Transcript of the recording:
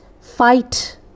fight